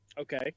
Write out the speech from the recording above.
Okay